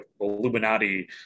illuminati